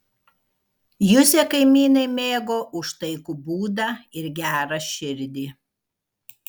juzę kaimynai mėgo už taikų būdą ir gerą širdį